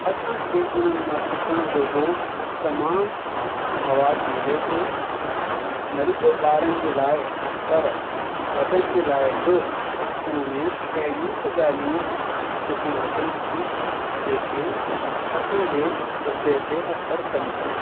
असांखे उन्हनि मां सिखण जो गो तमामु मवाद मिले थो न रुगो ॿारनि जे लाइ पर वॾनि जे लाइ बि उन में अहिड़ियूं त ॻाल्हियूं ॾिसणु अचनि थियूं जेके असांजे ह्रदय ते असर कनि थियूं